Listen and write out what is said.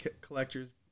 collectors